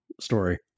story